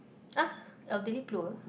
uh elderly poor